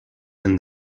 and